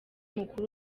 umukuru